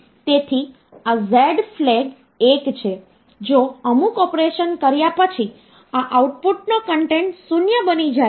તેથી આ ફ્લેગ 1 છે જો અમુક ઓપરેશન કર્યા પછી આ આઉટપુટનો કન્ટેન્ટ 0 બની જાય છે